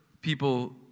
people